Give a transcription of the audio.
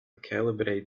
calibrate